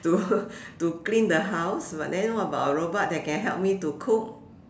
to to clean the house but then what about a robot that can help me to cook